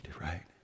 right